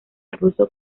ruso